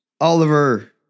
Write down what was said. Oliver